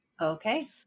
Okay